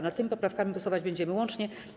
Nad tymi poprawkami głosować będziemy łącznie.